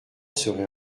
serait